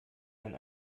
ein